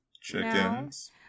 Chickens